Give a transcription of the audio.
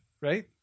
Right